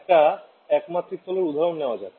একটা 1D উদাহরণ নেওয়া যাক